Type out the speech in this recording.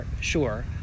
sure